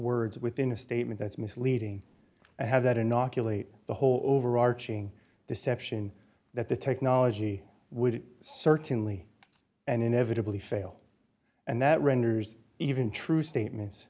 words within a statement that's misleading and have that inoculate the whole overarching deception that the technology would certainly and inevitably fail and that renders even true statements